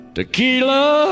Tequila